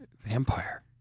Vampire